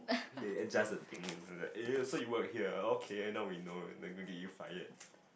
they adjust the thing eh so you work here ah okay now you then don't get you fired